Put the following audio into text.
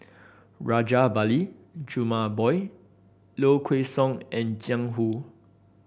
Rajabali Jumabhoy Low Kway Song and Jiang Hu